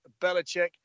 Belichick